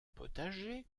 potager